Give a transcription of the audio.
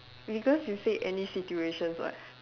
because you said any situation [what]